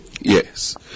Yes